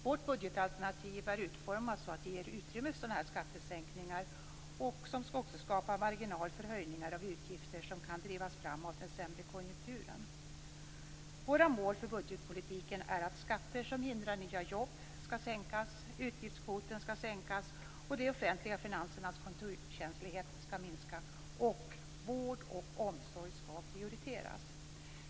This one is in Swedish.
Vårt budgetalternativet är utformat så att det ger utrymme för sådana skattesänkningar och skapar också marginal för höjningar av utgifter som kan drivas fram av den sämre konjunkturen. Våra mål för budgetpolitiken är att skatter som hindrar nya jobb skall sänkas, att utgiftskvoten skall sänkas, att de offentliga finansernas konjunkturkänslighet skall minska samt att vård och omsorg skall prioriteras.